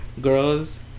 girls